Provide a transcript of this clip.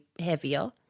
heavier